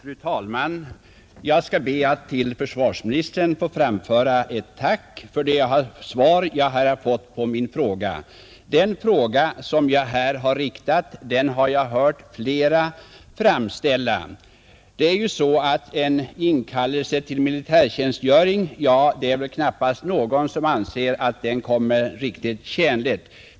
Fru talman! Jag skall be att till försvarsministern få framföra ett tack för det svar jag här har fått. Den fråga det gäller har jag hört flera framställa. Det är väl knappast någon som anser att en inkallelse till militärtjänstgöring kommer riktigt tjänligt.